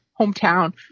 hometown